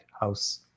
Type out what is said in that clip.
House